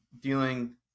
dealing